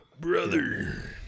Brother